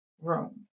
room